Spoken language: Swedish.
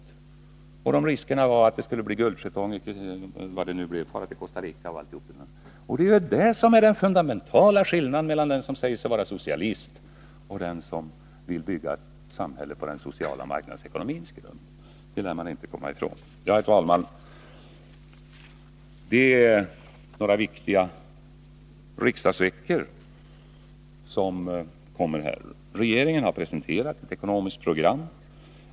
Det skulle vara förenat med risker för att folk skaffade guldjetonger, gjorde resor till Costa Rica m.m. — Det är ju det som är den fundamentala skillnaden mellan den som är socialist och den som vill bygga ett samhälle på den sociala marknadsekonomins grund. Det lär man inte komma ifrån. Fru talman! Det är några viktiga riksdagsveckor som kommer framöver. Regeringen har presenterat ett ekonomiskt program.